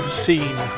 scene